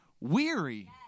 weary